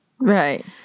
Right